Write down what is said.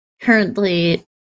currently